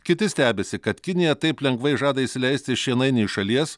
kiti stebisi kad kinija taip lengvai žada įsileisti šienainį iš šalies